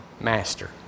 master